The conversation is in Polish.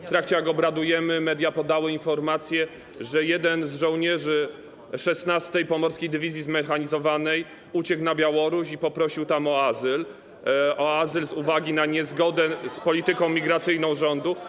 W trakcie naszych obrad media podały informację, że jeden z żołnierzy 16. Pomorskiej Dywizji Zmechanizowanej uciekł na Białoruś i poprosił tam o azyl z uwagi na niezgodę z polityką migracyjną rządu.